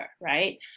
Right